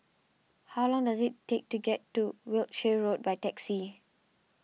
how long does it take to get to Wiltshire Road by taxi